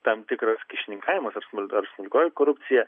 tam tikras kyšininkavimas ar smulkios smulkioji korupcija